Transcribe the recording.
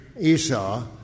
Esau